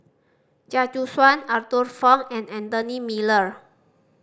Chia Choo Suan Arthur Fong and Anthony Miller